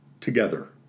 together